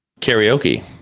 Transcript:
karaoke